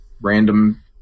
random